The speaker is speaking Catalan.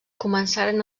començaren